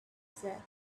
said